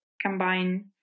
combine